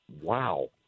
wow